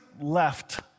left